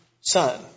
son